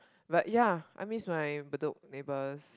but ya I miss my Bedok neighbors